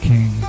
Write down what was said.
King